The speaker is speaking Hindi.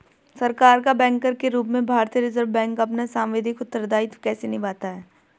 सरकार का बैंकर के रूप में भारतीय रिज़र्व बैंक अपना सांविधिक उत्तरदायित्व कैसे निभाता है?